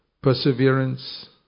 perseverance